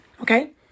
okay